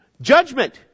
Judgment